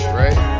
right